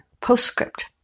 postscript